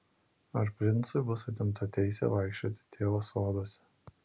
ar princui bus atimta teisė vaikščioti tėvo soduose